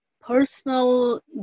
personal